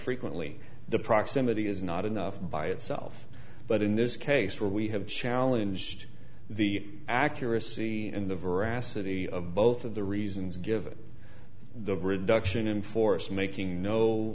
frequently the proximity is not enough by itself but in this case where we have challenged the accuracy and the veracity of both of the reasons given the grid duction in force making no